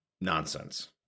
nonsense